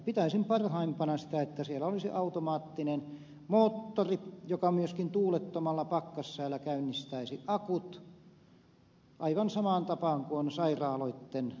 pitäisin parhaimpana sitä että siellä olisi automaattinen moottori joka myöskin tuulettomalla pakkassäällä käynnistäisi akut aivan samaan tapaan kuin on sairaaloitten varavoimaloissa